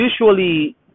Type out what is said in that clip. usually